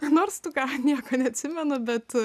nors tu ką nieko neatsimenu bet